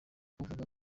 uvuga